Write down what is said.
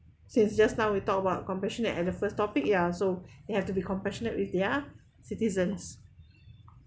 since just now we talk about compassionate at the first topic ya so they have to be compassionate with their citizens